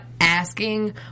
asking